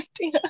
idea